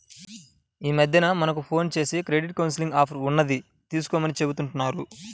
యీ మద్దెన మనకు ఫోన్ జేసి క్రెడిట్ కౌన్సిలింగ్ ఆఫర్ ఉన్నది తీసుకోమని చెబుతా ఉంటన్నారు